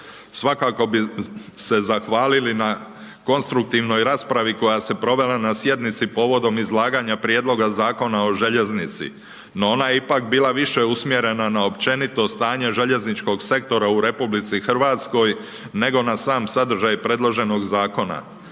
Svakako bi se zahvalili na konstruktivnoj raspravi koja se provela na sjednici povodom izlaganja Prijedloga Zakona o željeznici, no ona je ipak bila više usmjerena na općenito stanje željezničkog sektora u RH nego na sam sadržaj predloženog zakona.